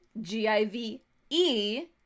G-I-V-E